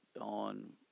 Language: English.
on